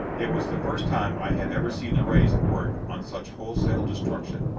it was the first time i had ever seen the rays at work on such wholesale destruction.